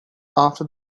after